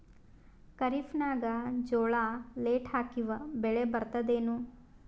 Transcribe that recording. ಖರೀಫ್ ನಾಗ ಜೋಳ ಲೇಟ್ ಹಾಕಿವ ಬೆಳೆ ಬರತದ ಏನು?